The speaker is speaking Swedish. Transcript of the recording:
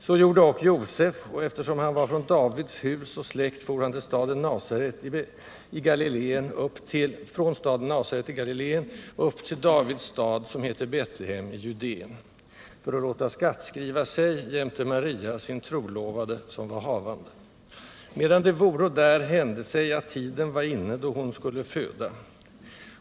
Så gjorde ock Josef; och eftersom han var av Davids hus och släkt, for han från staden Nasaret i Galileen upp till Davids stad, som heter Betlehem, i Judeen, 5. för att låta skattskriva sig jämte Maria, sin trolovade, som var havande. 6. Medan de voro där, hände sig att tiden var inne, då hon skulle föda. 7.